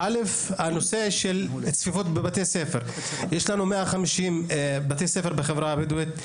נושא הצפיפות בבתי הספר: יש לנו 150 בתי ספר בחברה הבדואית,